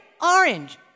Orange